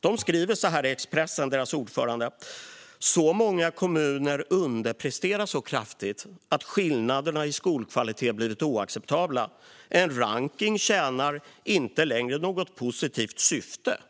Deras ordförande skriver så här i Expressen: "Så många kommuner underpresterar så kraftigt att skillnaderna i skolkvalitet blivit oacceptabla. En ranking tjänar inte längre något positivt syfte."